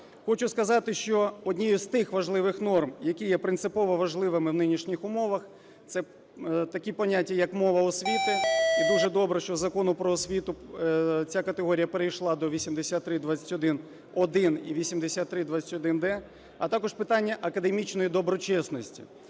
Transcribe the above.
Хочу сказати, що однією з тих важливих норм, які є принципово важливими в нинішніх умовах, - це такі поняття, як мова освіти, і дуже добре, що Закон "Про освіту", ця категорія перейшла до 8321-1 і 8321-д, а також питання академічної доброчесності.